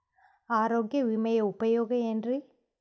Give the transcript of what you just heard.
ಆರೋಗ್ಯ ವಿಮೆಯ ಉಪಯೋಗ ಏನ್ರೀ?